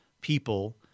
people